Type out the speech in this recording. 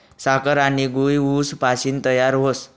साखर आनी गूय ऊस पाशीन तयार व्हस